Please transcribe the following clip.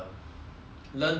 a reserve